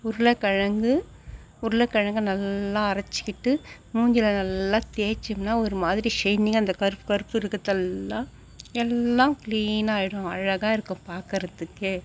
உருளைகெழங்கு உருளைகெழங்க நல்லா அரச்சிக்கிட்டு மூஞ்சியில நல்லா தேச்சம்னா ஒரு மாதிரி ஷைனிங்காக இந்த கருப் கருப்பு இருக்கிறதெல்லாம் எல்லாம் கிளீனாயிடும் அழகாக இருக்கும் பார்க்கறத்துக்கே